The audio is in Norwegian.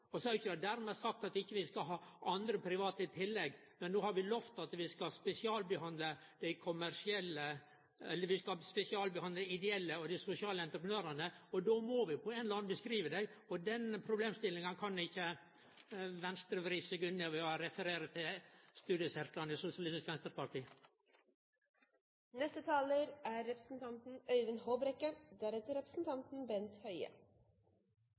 spesialbehandle. Så er det ikkje dermed sagt at vi ikkje skal ha andre private i tillegg, men no har vi lovt at vi skal spesialbehandle ideelle og dei sosiale entreprenørane. Då må vi på ein eller annan måte beskrive dei, og den problemstillinga kan ikkje Venstre vri seg unna ved å referere til studiesirklane i Sosialistisk